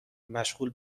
مشغول